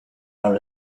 are